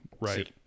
right